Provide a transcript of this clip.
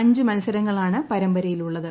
അഞ്ച് മത്സരങ്ങളാണ് പരമ്പരയിൽ ഉള്ളത്